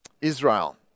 Israel